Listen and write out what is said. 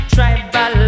Tribal